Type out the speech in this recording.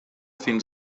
fins